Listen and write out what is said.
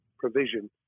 provision